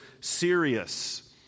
serious